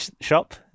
shop